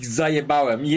zajebałem